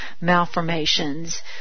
malformations